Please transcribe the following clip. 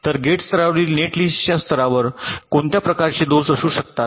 तर गेट स्तरावरील नेटलिस्टच्या स्तरावर कोणत्या प्रकारचे दोष असू शकतात